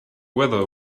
weather